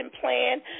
plan